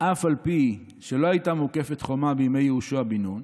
אע"פ שלא הייתה מוקפת חומה בימי יהושע בן נון"